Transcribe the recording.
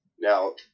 Now